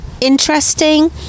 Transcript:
interesting